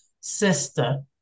sister